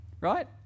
right